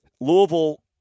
Louisville